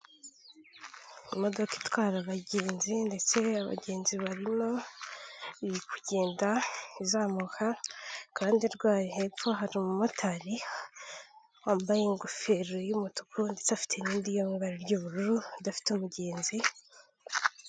Imodoka itwara abagenzi ndetse abagenzi barimo iri kugenda izamuka, ku ruhande rwayo hepfo hari umumotari wambaye ingofero y'umutuku ndetse afite n'indi yo mu ibara ry'ubururu idafite umugenzi.